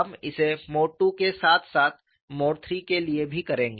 हम इसे mode II के साथ साथ मोड III के लिए भी करेंगे